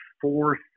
four